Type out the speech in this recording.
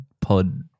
pod